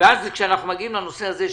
ואז כשאנחנו מגיעים לנושא הזה,